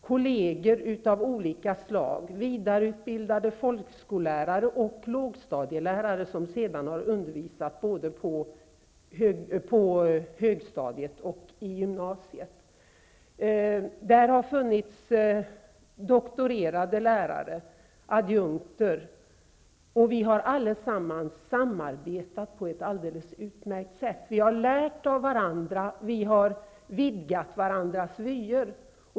Kolleger av olika slag -- vidareutbildade folkskollärare och lågstadielärare, som sedan har undervisat både på högstadiet och i gymnasiet, lärare som doktorerat, adjunkter -- har allesammans samarbetat på ett alldeles utmärkt sätt. Vi har lärt av varandra och vidgat varandras vyer.